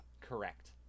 Correct